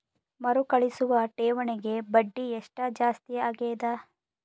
ಮರುಕಳಿಸುವ ಠೇವಣಿಗೆ ಬಡ್ಡಿ ಎಷ್ಟ ಜಾಸ್ತಿ ಆಗೆದ?